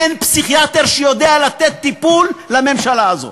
אין פסיכיאטר שיודע לתת טיפול לממשלה הזו.